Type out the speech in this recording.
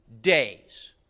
days